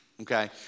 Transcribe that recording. okay